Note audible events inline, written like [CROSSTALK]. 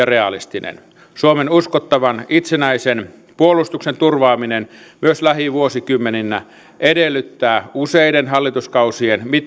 [UNINTELLIGIBLE] realistinen suomen uskottavan itsenäisen puolustuksen turvaaminen myös lähivuosikymmeninä edellyttää useiden hallituskausien